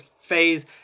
phase